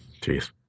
Jeez